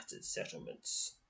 settlements